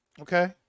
okay